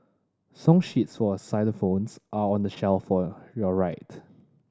song sheets for xylophones are on the shelf for your right